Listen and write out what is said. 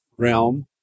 realm